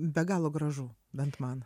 be galo gražu bent man